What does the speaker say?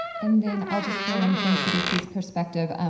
and then i'll just throw in from cdc's perspective.